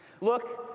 Look